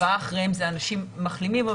הבאים אחריהם אלה אנשים מחלימים.